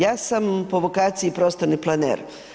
Ja sam po vokaciji prostorni planer.